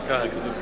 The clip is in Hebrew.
ככה כתוב פה.